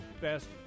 best